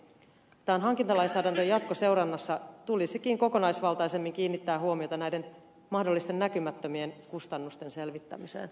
tämän hankintalainsäädännön jatkoseurannassa tulisikin kokonaisvaltaisemmin kiinnittää huomiota näiden mahdollisten näkymättömien kustannusten selvittämiseen